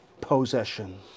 possession